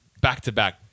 back-to-back